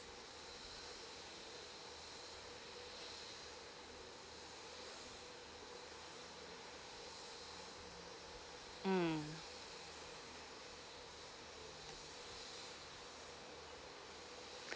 mm